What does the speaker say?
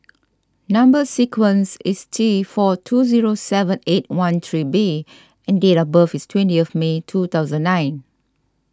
Number Sequence is T four two zero seven eight one three B and date of birth is twenty May two thousand and nine